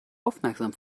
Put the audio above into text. aufmerksam